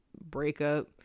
Breakup